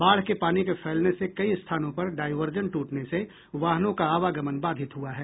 बाढ़ के पानी के फैलने से कई स्थानों पर डाइवर्जन ट्रटने से वाहनों का आवागमन बाधित हुआ है